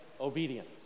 obedience